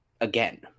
again